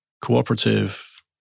cooperative